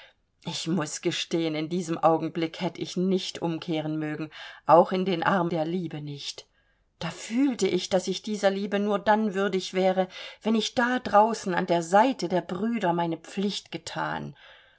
ich muß gestehen in diesem augenblick hätt ich nicht umkehren mögen auch in den arm der liebe nicht da fühlte ich daß ich dieser liebe nur dann würdig wäre wenn ich da draußen an der seite der brüder meine pflicht gethan